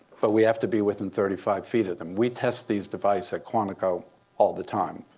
but we have to be within thirty five feet of them. we test these device at quantico all the time.